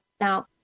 Now